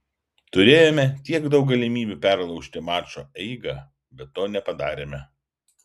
turėjome tiek daug galimybių perlaužti mačo eigą bet to nepadarėme